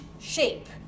shape